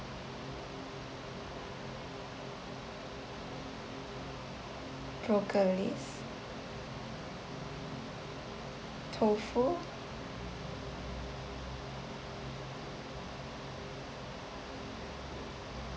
brocolis tofu